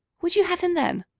would you have him then?